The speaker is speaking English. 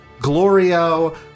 Glorio